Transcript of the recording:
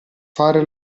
fare